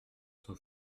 son